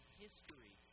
history